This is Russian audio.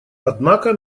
однако